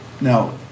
Now